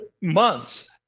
months